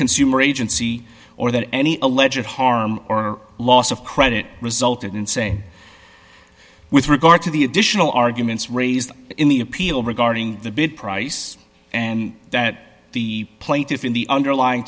consumer agency or that any alleged harm or loss of credit resulted in say with regard to the additional arguments raised in the appeal regarding the bid price and that the plaintiff in the underlying